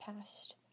past